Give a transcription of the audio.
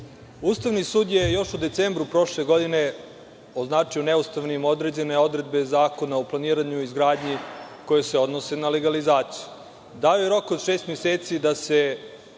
Ustavni sud je još u decembru prošle godine označio neustavnim određene odredbe Zakona o planiranju i izgradnji koje se odnose na legalizaciju. Dao je rok od šest meseci da se